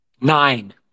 Nine